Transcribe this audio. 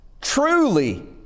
truly